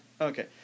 Okay